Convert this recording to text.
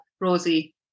Rosie